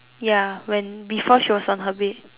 ya when before she was on her bed